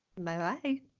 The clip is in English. Bye-bye